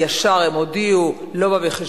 כי ישר הם הודיעו: לא בא בחשבון,